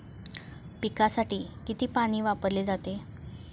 पिकांसाठी किती पाणी वापरले जाते?